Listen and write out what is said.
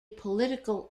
political